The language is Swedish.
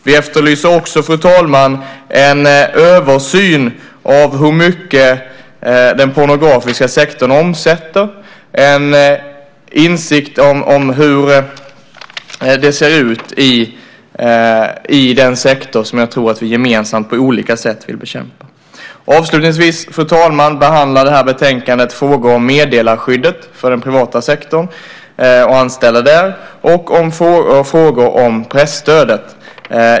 Vi efterlyster också, fru talman, en översyn av hur mycket den pornografiska sektorn omsätter, en insikt om hur det ser ut i den sektor som jag tror att vi gemensamt på olika sätt vill bekämpa. Avslutningsvis, fru talman, behandlar det här betänkandet frågor om meddelarskyddet för den privata sektorn och anställda där och frågor om presstödet.